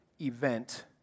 event